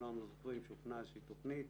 הוכנה איזושהי תוכנית,